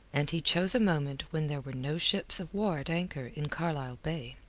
and he chose a moment when there were no ships of war at anchor in carlisle bay.